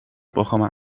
programma